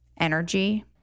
energy